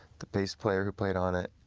the bass player who played on it,